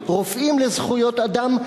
"רופאים לזכויות אדם",